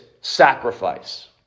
sacrifice